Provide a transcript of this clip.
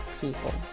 people